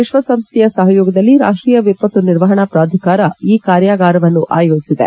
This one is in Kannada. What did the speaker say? ವಿಶ್ವಸಂಸ್ಥೆಯ ಸಹಯೋಗದಲ್ಲಿ ರಾಷ್ಷೀಯ ವಿಪತ್ತು ನಿರ್ವಹಣಾ ಪ್ರಾಧಿಕಾರ ಈ ಕಾರ್ಯಾಗಾರವನ್ನು ಆಯೋಜಿಸಿದೆ